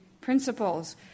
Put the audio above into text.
principles